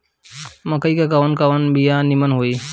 मकई के कवन कवन बिया नीमन होई?